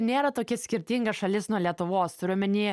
nėra tokia skirtinga šalis nuo lietuvos turiu omeny